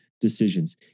decisions